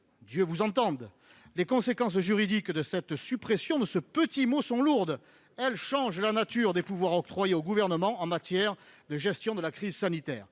Dieu vous entende ! Les conséquences juridiques de la suppression de ce petit mot sont lourdes : elles changent la nature des pouvoirs octroyés au Gouvernement en matière de gestion de la crise sanitaire.